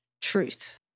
truth